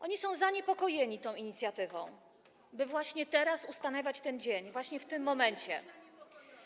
Oni są zaniepokojeni tą inicjatywą, by właśnie teraz ustanawiać ten dzień, właśnie w tym momencie.